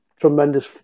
tremendous